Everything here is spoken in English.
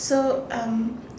so um